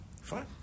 Fine